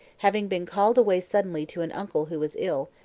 having been called away suddenly to an uncle who was ill,